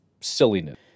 silliness